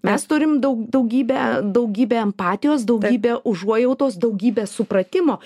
mes turim daug daugybę daugybę empatijos daugybę užuojautos daugybę supratimo